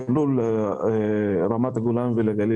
לכן היינו צריכים לעשות פשרות וסדר עדיפויות מסוים.